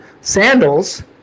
sandals